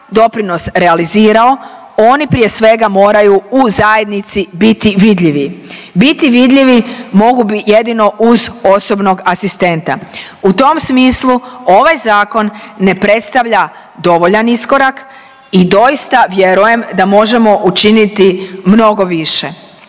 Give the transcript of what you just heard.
doprinos realizirao oni prije svega moraju u zajednici biti vidljivi. Biti vidljivi mogu jedino uz osobnog asistenta. U tom smislu ovaj zakon ne predstavlja dovoljan iskorak i doista vjerujem da možemo učiniti mnogo više,